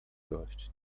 gość